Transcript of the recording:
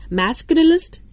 masculinist